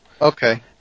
Okay